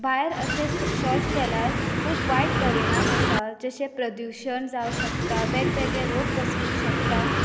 भायर अशे शौच केल्यार खूब वायट परिणाम आसा जशे की प्रदूशण जावं शकता वेग वेगळे रोग पसरूंक शकता